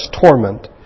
torment